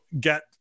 get